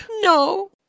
No